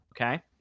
Okay